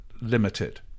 limited